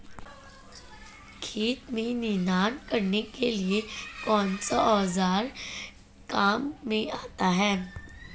खेत में निनाण करने के लिए कौनसा औज़ार काम में आता है?